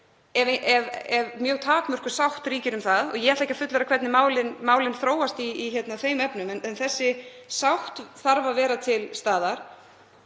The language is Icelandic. ef mjög takmörkuð sátt ríkir um það. Ég ætla ekki að fullyrða hvernig málin þróast í þeim efnum en þessi sátt þarf að vera til staðar.